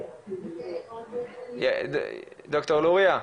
ד"ר לוריא,